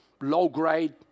low-grade